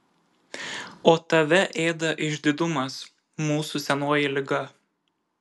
o tave ėda išdidumas mūsų senoji liga